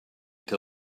till